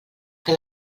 que